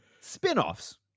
spin-offs